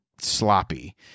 sloppy